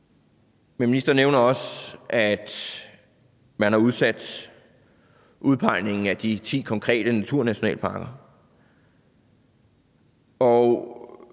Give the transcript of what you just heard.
Men ministeren nævner også, at man har udsat udpegningen af de ti konkrete naturnationalparker,